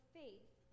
faith